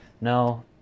No